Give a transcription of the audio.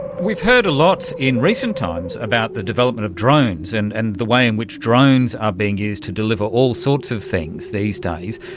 we've heard a lot in recent times about the development of drones and and the way in which drones are being used to deliver all sorts of things these days.